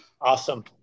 Awesome